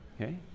Okay